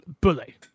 Bully